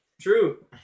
True